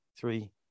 three